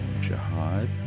Jihad